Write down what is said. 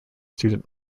student